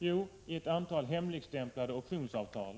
Jo, det har hamnat i ett antal hemligstämplade optionsavtal!